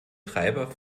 treiber